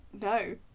no